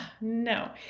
no